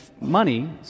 money